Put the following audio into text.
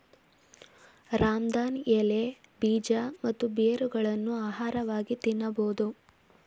ರಾಮದಾನ್ ಎಲೆ, ಬೀಜ ಮತ್ತು ಬೇರುಗಳನ್ನು ಆಹಾರವಾಗಿ ತಿನ್ನಬೋದು